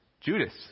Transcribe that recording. Judas